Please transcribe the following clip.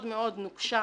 מאוד מאוד נוקשה,